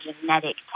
genetic